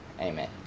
amen